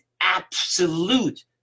absolute